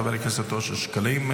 חבר הכנסת אושר שקלים,